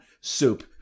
soup